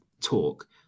talk